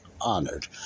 honored